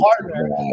partner